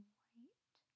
white